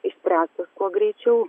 išspręstas kuo greičiau